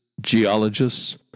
geologists